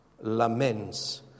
laments